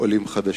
עולים חדשים.